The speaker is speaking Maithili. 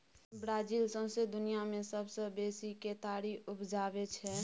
ब्राजील सौंसे दुनियाँ मे सबसँ बेसी केतारी उपजाबै छै